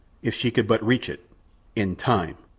if she could but reach it in time!